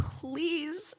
please